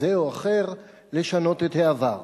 כזה או אחר לשנות את העבר.